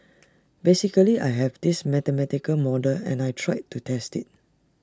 basically I have this mathematical model and I tried to test IT